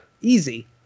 Easy